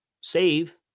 save